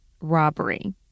robbery